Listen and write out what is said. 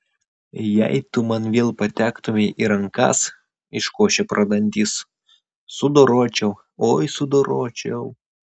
jei tu man vėl patektumei į rankas iškošė pro dantis sudoročiau oi sudoročiau